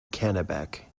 kennebec